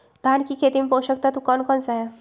धान की खेती में पोषक तत्व कौन कौन सा है?